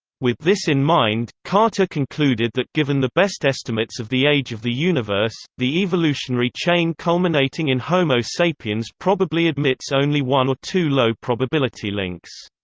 with this in mind, carter concluded that given the best estimates of the age of the universe, the evolutionary chain culminating in homo sapiens probably admits only one or two low probability links.